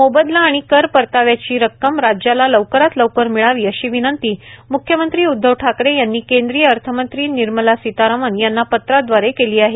मोबदला आणि कर परताव्याची रक्कम राज्याला लवकरात लवकर मिळावी अशी विनंती मुख्यमंत्री उदधव ठाकरे यांनी केंद्रीय अर्थमंत्री निर्मला सितारामन यांना पत्रान्वये केली आहे